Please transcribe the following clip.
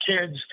kids